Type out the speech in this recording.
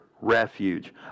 refuge